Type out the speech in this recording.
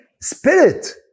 spirit